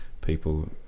people